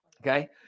Okay